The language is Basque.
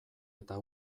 eta